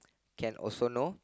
can also know